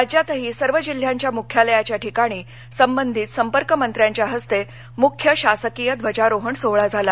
राज्यातही सर्व जिल्ह्यांच्या मुख्यालयाच्या ठिकाणी संबंधित संपर्क मंत्यांच्या हस्ते मुख्य शासकीय ध्वजारोहण सोहळा झाला